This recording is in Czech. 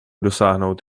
dosáhnout